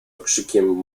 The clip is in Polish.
okrzykiem